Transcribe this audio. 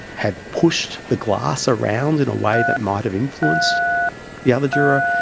had pushed the glass around in a way that might have influenced the other juror,